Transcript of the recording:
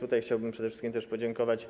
Tutaj chciałbym przede wszystkim podziękować